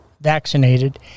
vaccinated